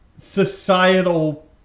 societal